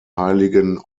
heiligen